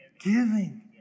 giving